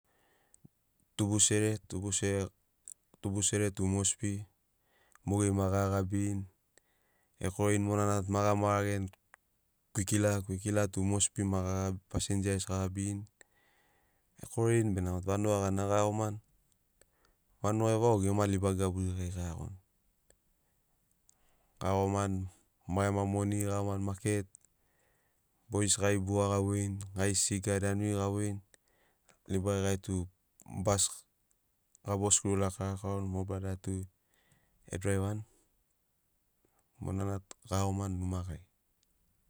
Tubusere, tubusere tu mosbi mogeri ma ga gabirini ekorini monana tu ma gama rageni kwikila, kwikila tu mosbi ma passengers ga gabirini ekorini bena motu vanuga gana ga iagomani vanugai vau gema liba gaburi gari ga iagoni. Ga iagomani ma gema moni ga iagomani maket bois gari bua ga voini gari siga danuri ga voini libari gait u basi g abos kru laka lakauni mo brada tu a draivani monana tug a iagomani numa gari